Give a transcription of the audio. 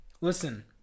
listen